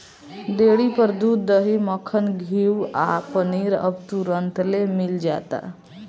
dairy पर दूध, दही, मक्खन, घीव आ पनीर अब तुरंतले मिल जाता